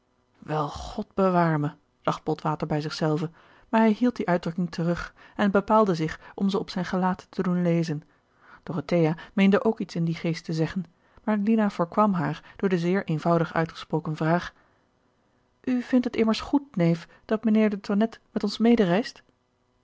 wel god bewaar me dacht botwater bij zich zelven maar hij hield die uitdrukking terug en bepaalde zich om ze op zijn gelaat te doen lezen dorothea meende ook iets in dien geest te zeggen maar lina voorkwam haar door de zeer eenvoudig uitgesproken vraag gerard keller het testament van mevrouw de tonnette u vindt het immers goed neef dat mijnheer de tonnette met ons mede reist